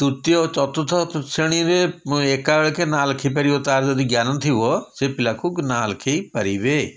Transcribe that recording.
ତୃତୀୟ ଚତୁର୍ଥ ଶ୍ରେଣୀରେ ଏକାବେଳକେ ନାଁ ଲେଖେଇ ପାରିବ ତାର ଯଦି ଜ୍ଞାନ ଥିବ ସେ ପିଲାକୁ ନାଁ ଲେଖେଇ ପାରିବେ